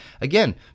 again